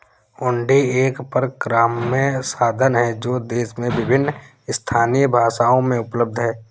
हुंडी एक परक्राम्य साधन है जो देश में विभिन्न स्थानीय भाषाओं में उपलब्ध हैं